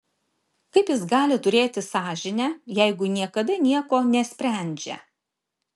kaip jis gali turėti sąžinę jeigu niekada nieko nesprendžia